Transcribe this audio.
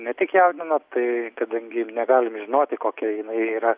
ne tik jautiena tai kadangi negalime žinoti kokia jinai yra